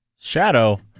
Shadow